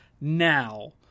now